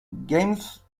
games